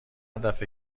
دفه